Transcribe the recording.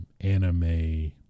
anime